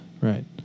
Right